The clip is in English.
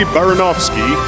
Baranovsky